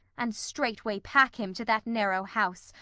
and straightway pack him to that narrow house,